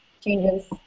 changes